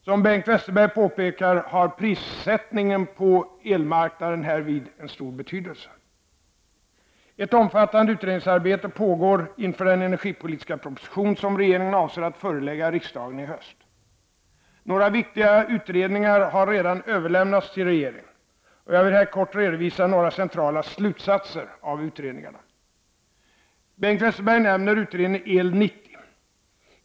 Som Bengt Westerberg påpekar har prissättningen på elmarknaden härvid en stor betydelse. Ett omfattande utredningsarbete pågår inför den energipolitiska proposition som regeringen avser att förelägga riksdagen i höst. Några viktiga utredningar har redan överlämnats till regeringen. Jag vill här helt kort redovisa några centrala slutsatser av utredningarna. Bengt Westerberg nämner utredningen EL 90.